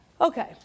Okay